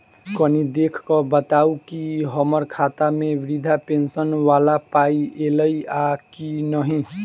कनि देख कऽ बताऊ न की हम्मर खाता मे वृद्धा पेंशन वला पाई ऐलई आ की नहि?